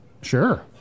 Sure